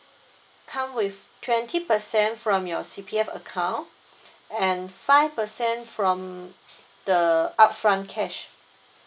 come with twenty percent from your C_P_F account and five percent from the upfront cash